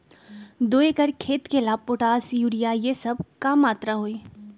दो एकर खेत के ला पोटाश, यूरिया ये सब का मात्रा होई?